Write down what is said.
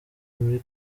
muri